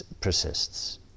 persists